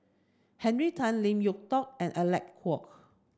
Henry Tan Lim Yew Tock and Alec Huok